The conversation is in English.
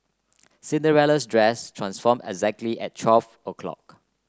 Cinderella's dress transform exactly at twelve o' clock